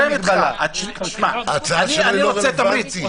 ההצעה שלי לא רלוונטית.